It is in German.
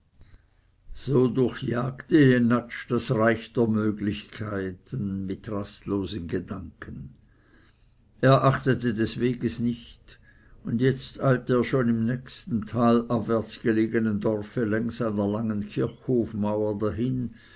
so durchjagte jenatsch das reich der möglichkeiten mit rastlosen gedanken er achtete des weges nicht und jetzt eilte er schon im nächsten talabwärts gelegenen dorfe längs einer langen kirchhofmauer dahin